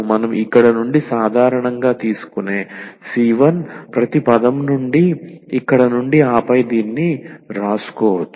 మనం ఇక్కడ నుండి సాధారణంగా తీసుకునే c1 ప్రతి పదం నుండి ఇక్కడ నుండి ఆపై దీన్ని వ్రాసుకోవచ్చు